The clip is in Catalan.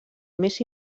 més